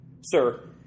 Sir